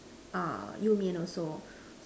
uh You-Mian also